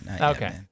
Okay